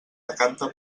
decanta